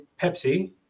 Pepsi